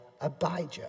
Abijah